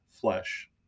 flesh